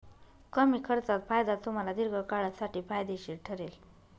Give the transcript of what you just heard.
कमी खर्चात फायदा तुम्हाला दीर्घकाळासाठी फायदेशीर ठरेल